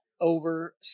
over